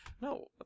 No